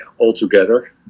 altogether